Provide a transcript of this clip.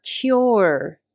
cure